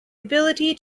ability